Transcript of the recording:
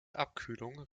abkühlung